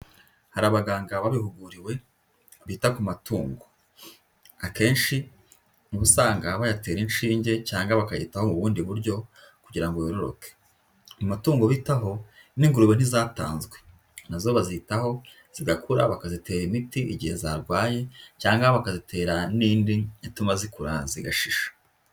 Hari abaganga babihuguriwe bita ku matungo, akenshi uba usanga bayatera inshinge cyangwa bakayitaho mu bundi buryo kugira ngo yororoke, mu matungo bitaho n'ingurube ntizatanzwe, na zo bazitaho zigakura, bakazitera imiti igihe zarwaye cyangwa bakazitera n'indi ituma zikura zigashisha.